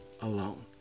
alone